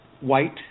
white